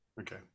Okay